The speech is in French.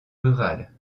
rurales